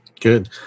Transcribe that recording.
Good